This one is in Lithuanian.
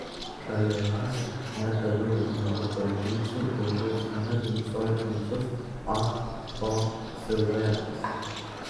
šalia jos ne toliau negu per žingsnį dangaus fone dunksojo tamsus ah ho siluetas